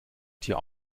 tier